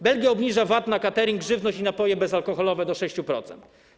Belgia obniża VAT na katering, żywność i napoje bezalkoholowe do 6%.